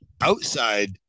outside